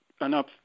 enough